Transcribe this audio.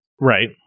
Right